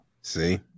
See